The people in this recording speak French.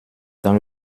dans